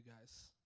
guys